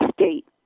state